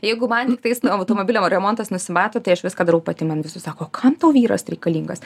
jeigu man tiktais automobilio remontas nusimato tai aš viską darau pati man visi sako kam vyras reikalingas